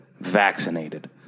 Vaccinated